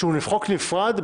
שהוא חוק נפרד,